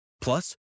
Plus